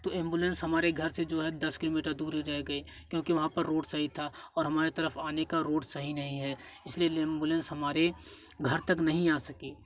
तो एंबुलेंस हमारे घर से जो है दस किलोमीटर दूरी रह गई क्योंकि वहाँ पर रोड सही था और हमारे तरफ आने का रोड सही नहीं है इसलिए एंबुलेंस हमारे घर तक नहीं आ सके